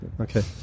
Okay